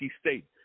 State